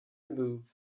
remove